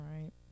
right